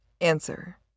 Answer